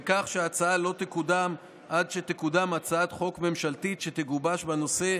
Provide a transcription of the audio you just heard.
ובכפוף לכך שההצעה לא תקודם עד שתקודם הצעת חוק ממשלתית שתגובש בנושא,